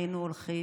היינו הולכים?